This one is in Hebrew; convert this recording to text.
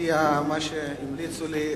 כפי שהציעו לי,